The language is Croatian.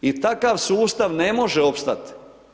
I takav sustav ne može opstati.